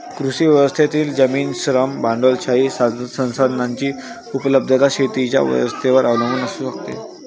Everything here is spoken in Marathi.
कृषी व्यवस्थेतील जमीन, श्रम, भांडवलशाही संसाधनांची उपलब्धता शेतीच्या व्यवस्थेवर अवलंबून असू शकते